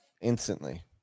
Instantly